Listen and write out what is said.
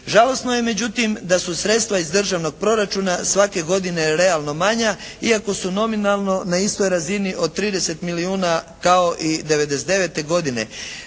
Žalosno je međutim da su sredstva iz državnog proračuna svake godine realno manja iako su nominalno na istoj razini od 30 milijuna kao i '99. godine,